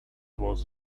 was